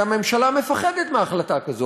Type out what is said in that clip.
כי הממשלה מפחדת מהחלטה כזאת.